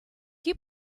chi